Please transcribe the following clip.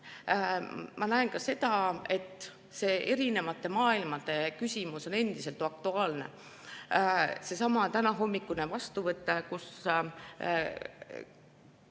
ma näen ka seda, et erinevate maailmade küsimus on endiselt aktuaalne. Sellelsamal tänahommikusel vastuvõtul